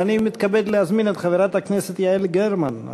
ואני מתכבד להזמין את חברת הכנסת יעל גרמן,